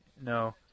No